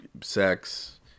sex